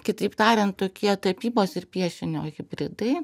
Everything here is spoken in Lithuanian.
kitaip tariant tokie tapybos ir piešinio hibridai